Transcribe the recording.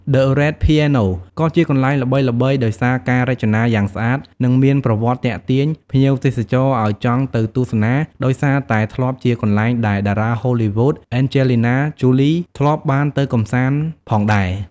The Red Piano ក៏ជាកន្លែងល្បីល្បាញដោយសារការ រចនាយ៉ាងស្អាត និងមានប្រវត្តិទាក់ទាញភ្ញៀវទេសចរឲ្យចង់ទៅទស្សនា ដោយសារតែធ្លាប់ជាកន្លែងដែល តារាហូលីវូដ អេនជេលីណា ជូលី (Angelina Jolie) ធ្លាប់បានទៅលេងកម្សាន្ត ផងដែរ។